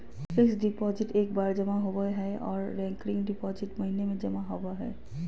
fixed deposit एक बार जमा होबो हय आर रेकरिंग डिपॉजिट महीने में जमा होबय हय